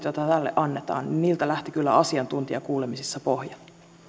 joita tälle annetaan lähti kyllä asiantuntijakuulemisissa pohja